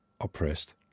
oppressed